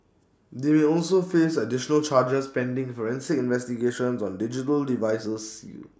they may also face additional charges pending forensic investigations on digital devices sealed